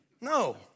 No